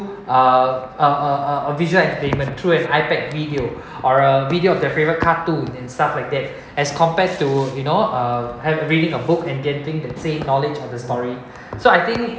uh a a a visual entertainment through and iPad video or a video of their favourite cartoon and stuff like that as compared to you know uh have reading a book in getting the same knowledge of the story so I think